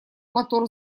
мотор